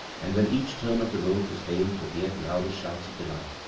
and when each turn of the road was bailed with yet louder shouts of delights.